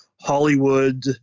Hollywood